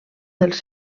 dels